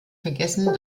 vergessen